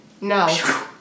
No